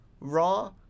raw